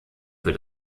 für